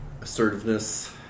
Assertiveness